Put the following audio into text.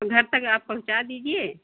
घर तक आप पहुँचा दीजिए